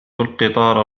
القطار